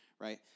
right